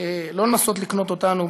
לא לנסות לקנות אותנו,